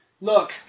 look